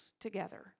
together